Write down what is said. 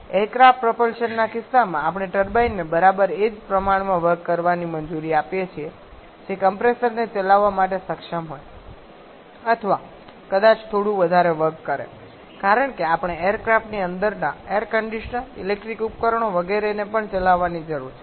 aircraft પ્રપલ્શનના કિસ્સામાં આપણે ટર્બાઇનને બરાબર એ જ પ્રમાણમાં વર્ક કરવાની મંજૂરી આપીએ છીએ જે કમ્પ્રેસરને ચલાવવા માટે સક્ષમ હોય અથવા કદાચ થોડું વધારે વર્ક કરે કારણ કે આપણે એરક્રાફ્ટની અંદરના એર કંડિશનર ઇલેક્ટ્રિકલ ઉપકરણો વગેરેને પણ ચલાવવાની જરૂર છે